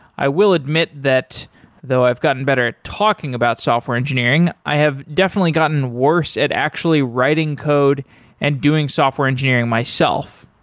i will admit that though i've gotten better at talking about software engineering, i have definitely gotten worse at actually writing code and doing software engineering myself.